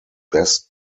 best